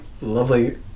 Lovely